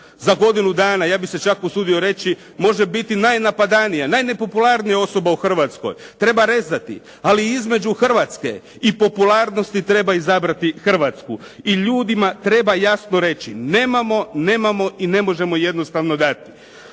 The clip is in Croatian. za godinu dana ja bih se čak usudio reći može biti najnapadanija, najnepopularnija osoba u Hrvatskoj. Treba rezati, ali i između Hrvatske i popularnosti treba izabrati Hrvatsku. I ljudima treba jasno reći nemamo, nemamo i ne možemo jednostavno dati.